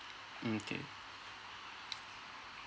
mm K